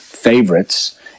favorites